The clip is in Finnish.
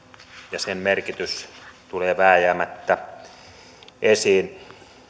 ja sen merkitys tulee vääjäämättä esiin